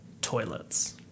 toilets